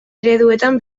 ereduetan